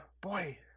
boy